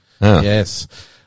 Yes